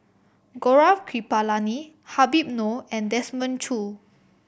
Gaurav Kripalani Habib Noh and Desmond Choo